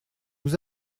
nous